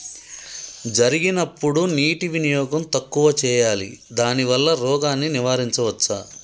జరిగినప్పుడు నీటి వినియోగం తక్కువ చేయాలి దానివల్ల రోగాన్ని నివారించవచ్చా?